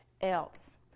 else